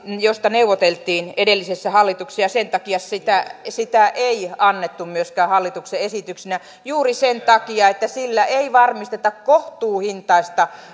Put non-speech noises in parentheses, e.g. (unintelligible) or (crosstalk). josta neuvoteltiin edellisessä hallituksessa ja sen takia sitä ei annettu myöskään hallituksen esityksenä juuri sen takia että sillä ei varmisteta kohtuuhintaista (unintelligible)